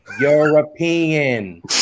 European